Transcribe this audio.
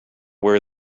where